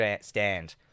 stand